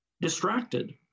distracted